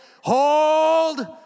hold